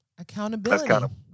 accountability